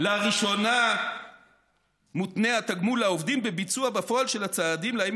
"לראשונה מותנה התגמול לעובדים בביצוע בפועל של הצעדים להם